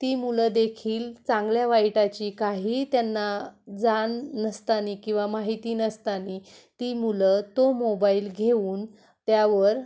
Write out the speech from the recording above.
ती मुलं देखील चांगल्या वाईटाची काहीही त्यांना जाण नसताना किंवा माहिती नसताना ती मुलं तो मोबाईल घेऊन त्यावर